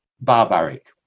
barbaric